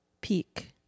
peak